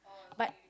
back